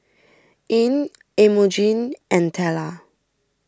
Ilene Emogene and Tella